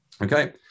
Okay